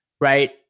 right